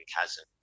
chasm